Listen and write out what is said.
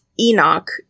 Enoch